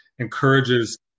encourages